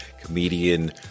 Comedian